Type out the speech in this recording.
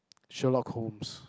Sherlock-Holmes